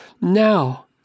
Now